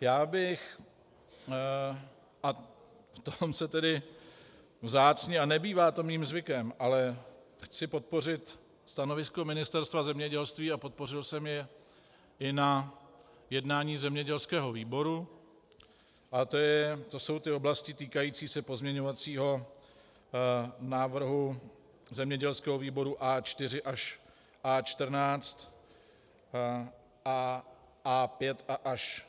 Já bych, a v tom se tedy vzácně shodneme, a nebývá to mým zvykem, chtěl podpořit stanovisko Ministerstva zemědělství, a podpořil jsem je i na jednání zemědělského výboru, a to jsou oblasti týkající se pozměňovacího návrhu zemědělského výboru A4 až A14 a A5 až